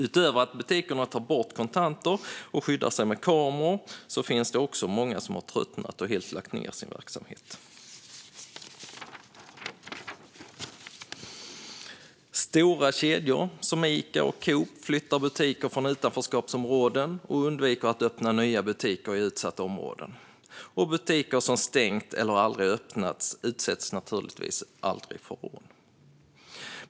Utöver att butikerna tar bort kontanter och skyddar sig med kameror finns det också många som har tröttnat och helt lagt ned sin verksamhet. Stora kedjor, som Ica och Coop, flyttar butiker från utanförskapsområden och undviker att öppna nya butiker i utsatta områden. Butiker som stängt eller aldrig öppnat utsätts naturligtvis heller aldrig för rån.